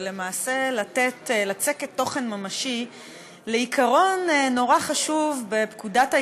ולמעשה לצקת תוכן ממשי בעיקרון נורא חשוב בפקודת העיריות,